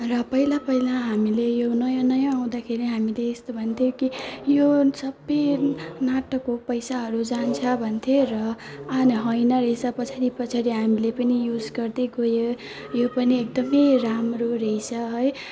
र पहिला पहिला हामीले यो नयाँ नयाँ आउँदाखेरि हामीले यस्तो भन्थ्यो कि यो सबै नाटक हो पैसाहरू जान्छ भन्थे र आज होइन रहेछ पछाडि पछाडि हामीले पनि युज गर्दै गयौँ यो पनि एकदमै राम्रो रहेछ है